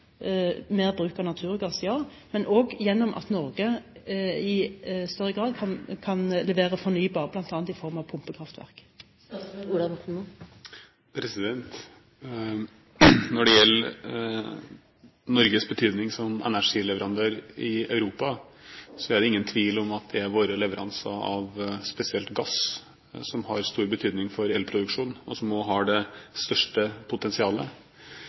mer bruk av naturgass, men også at Norge i større grad kan levere fornybar energi, bl.a. fra pumpekraftverk. Når det gjelder Norges betydning som energileverandør i Europa, er det ingen tvil om at det er våre leveranser av spesielt gass som har stor betydning for elproduksjonen, og som også har det største potensialet.